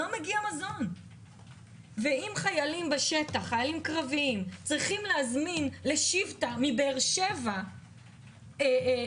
אם חיילים קרביים בשטח צריכים להזמין לשבטה מבאר שבע משלוחים,